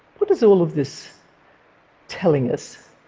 what is all of this telling us?